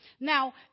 Now